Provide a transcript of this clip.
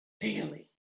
daily